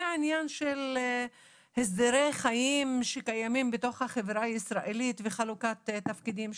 זה עניין של הסדרי חיים שקיימים בתוך החברה הישראלית וחלוקת תפקידים.